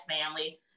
family